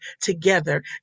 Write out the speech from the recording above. together